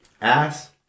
ass